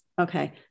Okay